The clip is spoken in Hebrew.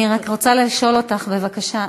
אני רק רוצה לשאול אותך, בבקשה.